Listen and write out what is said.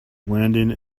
landing